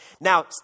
Now